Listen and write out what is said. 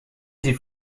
sie